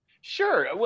Sure